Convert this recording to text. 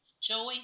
Joey